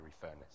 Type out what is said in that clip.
furnace